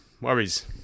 Worries